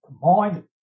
mind